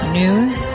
news